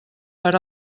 per